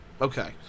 Okay